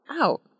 out